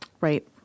Right